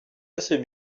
assez